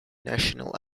national